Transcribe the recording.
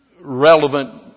relevant